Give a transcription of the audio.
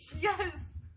Yes